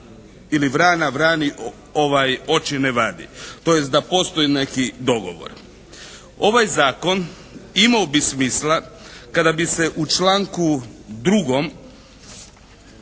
vrana vrani oči ne vadi. Tj. da postoji neki dogovor. Ovaj zakon imao bi smisla kada bi se u članku 2.